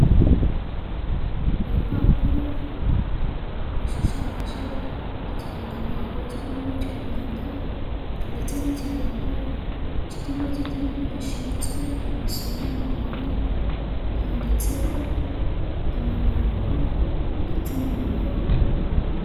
Urupapuro rushushanyijeho ikirangantego cy'igihugu cy'u Rwanda ndetse n'ikirango cy'ikigo cy'igihugu gishinzwe imisoro n'amahoro, handitseho amagambo ndetse n'imibare.